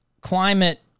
Climate